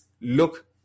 look